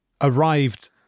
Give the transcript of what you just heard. arrived